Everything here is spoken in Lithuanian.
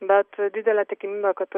bet didelė tikimybė kad